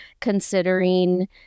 considering